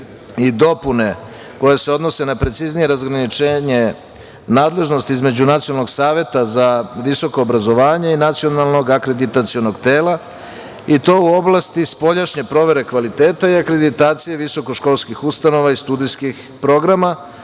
i dopune koje se odnose na preciznije razgraničenje nadležnosti između Nacionalnog saveta za visoko obrazovanje i Nacionalnog akreditacionog tela i to u oblasti spoljašnje provere kvaliteta i akreditacije visokoškolskih ustanova i studijskih programa,